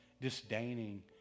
disdaining